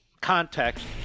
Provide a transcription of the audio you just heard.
context